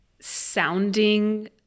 sounding